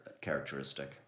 characteristic